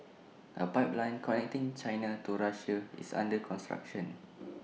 A pipeline connecting China to Russia is under construction